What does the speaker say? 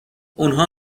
اونها